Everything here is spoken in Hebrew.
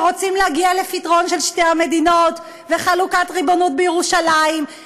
שרוצים להגיע לפתרון של שתי מדינות וחלוקת הריבונות בירושלים,